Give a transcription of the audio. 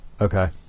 Okay